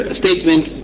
statement